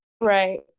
right